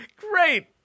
Great